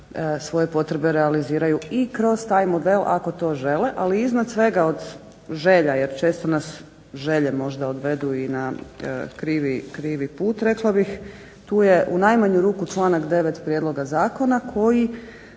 svoje potrebe realiziraju i kroz taj model ako to žele. Ali iznad svega od želja jer često nas želje možda odvedu i na krivi put rekla bih, tu je u najmanju ruku članak 9. prijedloga zakona koji